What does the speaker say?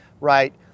right